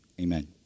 Amen